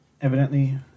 evidently